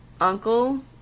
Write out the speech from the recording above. uncle